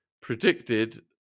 predicted